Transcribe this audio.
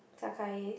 Sakai